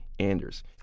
Anders